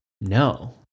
no